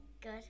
good